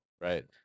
right